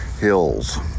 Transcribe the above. hills